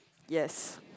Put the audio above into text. yes